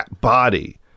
body